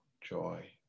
joy